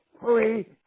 free